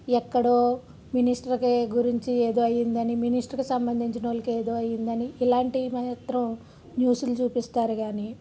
ఎక్కడో మినిస్టర్కి గురించి ఏదో అయింది అని మినిస్టర్కి సంబంధించిన వాళ్ళకి ఏదో అయిందని ఇలాంటివి మాత్రం న్యూస్లు చూపిస్తారు కానీ